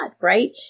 right